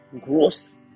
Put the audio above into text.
gross